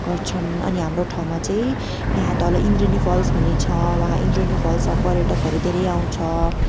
अनि हाम्रो ठाउँमा चाहिँ यहाँ तल इन्द्रेणी फल्स भन्ने छ वहाँ इन्द्रेणी फल्समा पर्यटहरू धेरै आउँछ